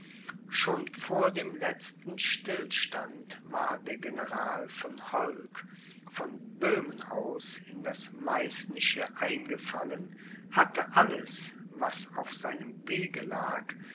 schon vor dem letzten stillstand war der general von holk von böhmen aus in das meißnische eingefallen hatte alles was auf seinem wege lag